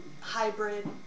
hybrid